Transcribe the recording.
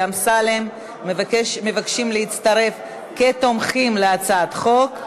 אמסלם מבקשים להצטרף כתומכים בהצעת החוק,